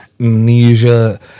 amnesia